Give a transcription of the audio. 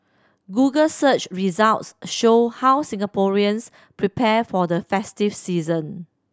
google search results show how Singaporeans prepare for the festive season